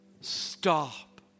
stop